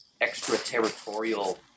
extraterritorial